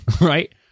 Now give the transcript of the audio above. Right